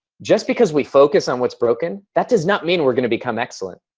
just because we focus on what's broken, that does not mean we're gonna become excellent.